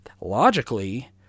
logically